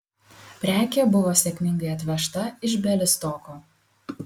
prekė buvo sėkmingai atvežta iš bialystoko